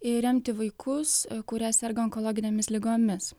ir remti vaikus kuria serga onkologinėmis ligomis